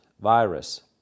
virus